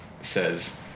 says